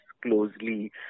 closely